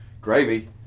Gravy